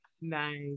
nice